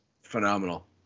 phenomenal